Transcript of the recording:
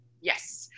Yes